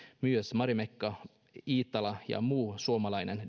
myös marimekko iittala ja muu suomalainen